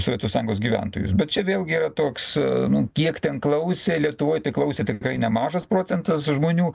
sovietų sąjungos gyventojus bet čia vėlgi yra toks nu kiek ten klausė lietuvoj klausė tikrai nemažas procentas žmonių